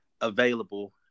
available